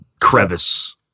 crevice